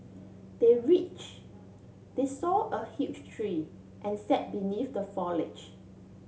they reach they saw a huge tree and sat beneath the foliage